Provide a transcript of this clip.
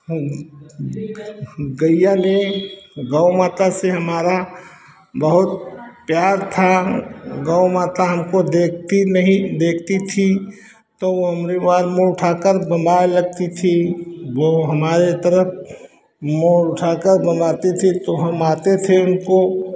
हम गैया है गौ माता से हमारा बहुत प्यार था गौ माता हमको देखती नहीं देखती थी तो वह मुँह बार मुँह उठाकर बम्बाय लगती थी वह हमारे तरफ़ मुँह उठाकर बम्बाती थी तो हम आते थे उनको